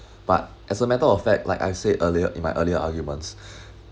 but as a matter of fact like I said earlier in my earlier arguments